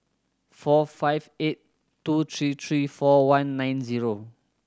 four five eight two three three four one nine zero